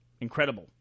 Incredible